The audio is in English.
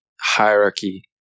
hierarchy